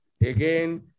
Again